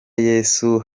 yesu